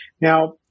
Now